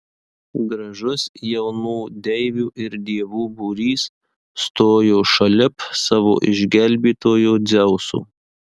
gražus jaunų deivių ir dievų būrys stojo šalip savo išgelbėtojo dzeuso